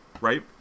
right